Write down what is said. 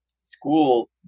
school